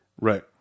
Right